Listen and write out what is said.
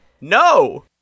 No